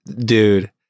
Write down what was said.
Dude